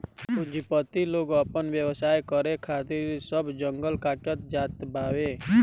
पूंजीपति लोग आपन व्यवसाय करे खातिर सब जंगल काटत जात बावे